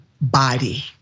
body